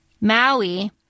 maui